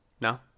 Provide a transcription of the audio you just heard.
No